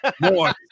more